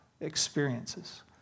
experiences